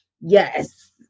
yes